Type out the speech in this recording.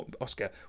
Oscar